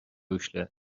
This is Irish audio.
uaisle